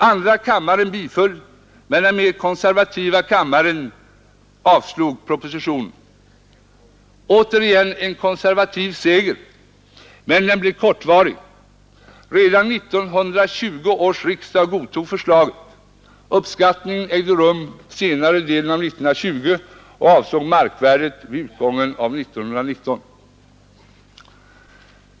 Andra kammaren biföll, men den mer konservativa första kammaren avslog propositionen. Återigen en konservativ seger, men den blev kortvarig. Redan 1920 års riksdag godtog förslaget. Uppskattningen ägde rum under senare delen av 1920 och avsåg markvärdet vid utgången av 1919.